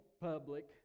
public